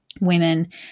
women